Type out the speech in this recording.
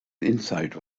inside